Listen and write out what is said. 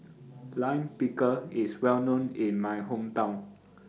Lime Pickle IS Well known in My Hometown